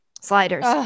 Sliders